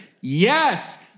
yes